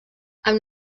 amb